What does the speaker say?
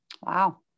Wow